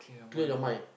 clear your mind